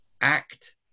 act